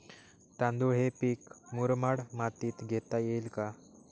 तांदूळ हे पीक मुरमाड मातीत घेता येईल का?